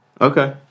Okay